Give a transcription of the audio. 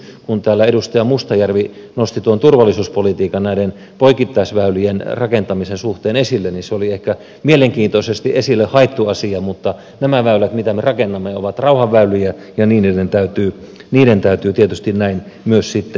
kun täällä edustaja mustajärvi nosti tuon turvallisuuspolitiikan näiden poikittaisväylien rakentamisen suhteen esille niin se oli ehkä mielenkiintoisesti esille haettu asia mutta nämä väylät mitä me rakennamme ovat rauhan väyliä ja niiden täytyy tietysti näin myös sitten olla